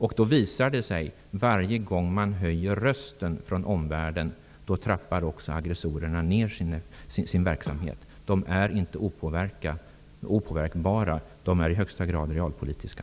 Det har visat sig att varje gång som rösten från omvärlden höjs, trappar aggressorerna ned sin verksamhet. De är inte opåverkbara utan i allra högsta grad realpolitiska.